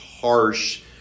harsh